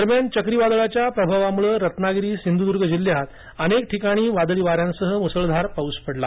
दरम्यान चक्रीवादळाच्या प्रभावामुळे रत्नागिरी सिंधुदुर्ग जिल्ह्यात अनेक ठिकाणी वादळी वाऱ्यांसह मुसळधार पाऊस पडला